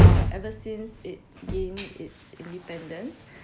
ever since its gain its independence